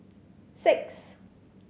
six